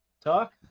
talk